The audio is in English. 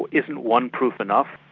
isn't one proof enough?